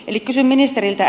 eli kysyn ministeriltä